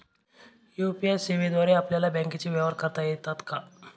UPI सेवेद्वारे आपल्याला बँकचे व्यवहार करता येतात का?